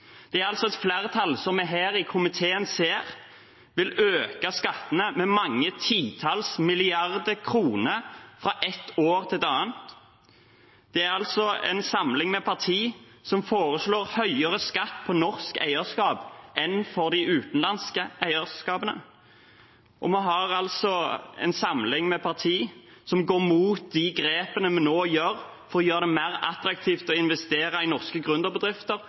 Det er et flertall som vi i komiteen ser vil øke skattene med mange titalls milliarder kroner fra et år til et annet. Det er en samling med partier som foreslår høyere skatt på norsk eierskap enn for de utenlandske eierskapene. Og det er en samling med partier som går mot de grepene vi nå tar for å gjøre det mer attraktivt å investere i norske